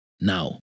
Now